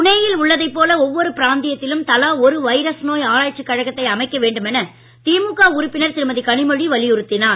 புனேயில் உள்ளதைப் போல ஒவ்வொரு பிராந்தியத்திலும் தலா ஒரு வைரஸ் நோய் ஆராய்ச்சிக் கழகத்தை அமைக்க வேண்டுமென திமுக உறுப்பினர் திருமதி கனிமொழி வலியுறுத்தினார்